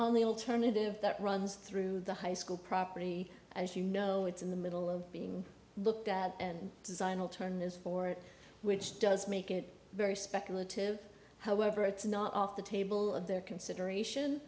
only alternative that runs through the high school property as you know it's in the middle of being looked at and design will turn this for it which does make it very speculative however it's not off the table of their consideration